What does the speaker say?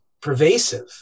pervasive